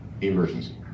emergency